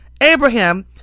Abraham